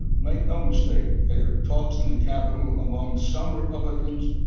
make no mistake there are talks in the capitol um um some republicans,